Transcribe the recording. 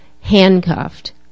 handcuffed